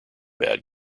bad